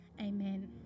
amen